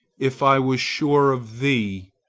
if i was sure of thee,